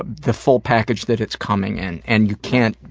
the full package that it's coming in. and you can't,